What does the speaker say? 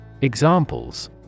Examples